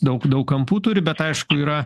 daug daug kampų turi bet aišku yra